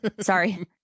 Sorry